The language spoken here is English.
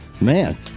Man